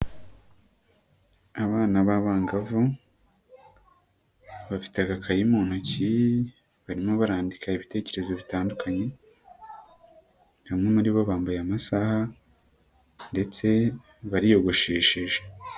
Abana b'abangavu bafite agakayi mu ntoki barimo barandika ibitekerezo bitandukanye bamwe muribo bambaye amasaha ndetse bariyogosheshe.